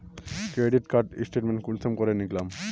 Credit card statement कुंसम करे निकलाम?